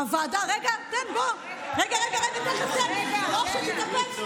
הוועדה, רגע, רגע, משה, תתאפק.